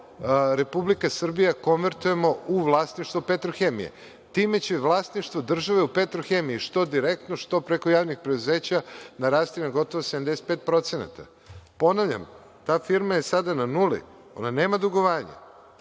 Republika Srbija konvertujemo u vlasništvo „Petrohemije“. Time će vlasništvo države u „Petrohemiji“ što direktno, što preko javnih preduzeća, narasti na gotovo 75%.Ponavljam, ta firma je sada na nuli. Ona nema dugovanja.